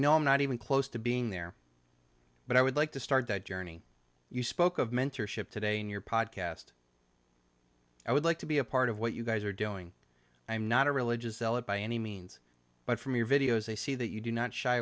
know i'm not even close to being there but i would like to start that journey you spoke of mentorship today in your pod cast i would like to be a part of what you guys are doing i am not a religious zealot by any means but from your videos they see that you do not shy